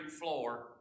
floor